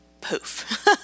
poof